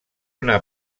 una